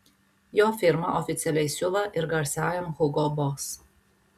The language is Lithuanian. jo firma oficialiai siuva ir garsiajam hugo boss